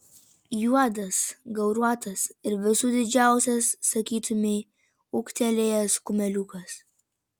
juodas gauruotas ir visų didžiausias sakytumei ūgtelėjęs kumeliukas